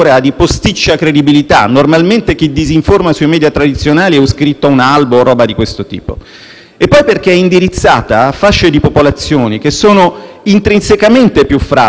e poi perché è indirizzata a fasce di popolazione che sono intrinsecamente più fragili, come ad esempio gli anziani, proprio perché la distanza dal *web* non consente loro di accedere alle fonti primarie.